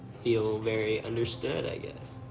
feel very understood, i guess.